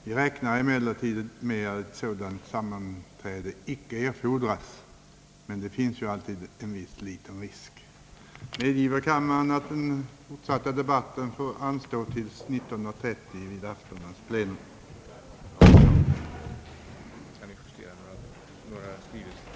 Vi räknar med att ett sådant sammanträde icke erfordras, men det finns ju alltid en viss liten risk.